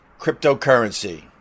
cryptocurrency